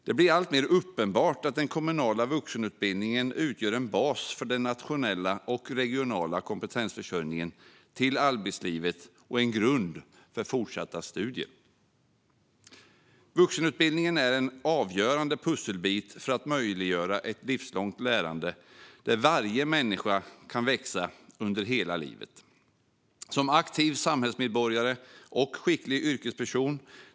Det blir alltmer uppenbart att den kommunala vuxenutbildningen utgör en bas för den nationella och regionala kompetensförsörjningen till arbetslivet och en grund för fortsatta studier. Vuxenutbildningen är en avgörande pusselbit för att möjliggöra ett livslångt lärande där varje människa kan växa under hela livet som aktiv samhällsmedborgare och skicklig yrkesperson.